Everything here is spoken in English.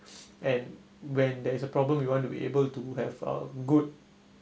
and when there is a problem you want to be able to have a good